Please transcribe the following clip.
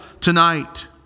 tonight